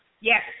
Yes